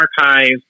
archives